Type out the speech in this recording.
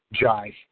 jive